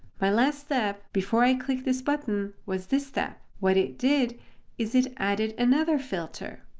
my last step before i click this button was this step. what it did is it added another filter.